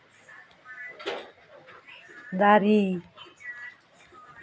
ᱫᱟᱨᱮ